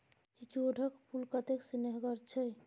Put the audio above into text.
चिचोढ़ क फूल कतेक सेहनगर छै